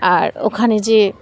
আর ওখানে যে